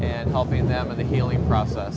and helping them in the healing process